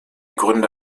gründe